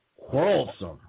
quarrelsome